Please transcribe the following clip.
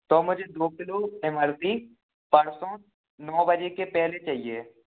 तो मुझे दो किलो इमरती परसों नौ बजे के पहले चाहिए